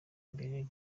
mbere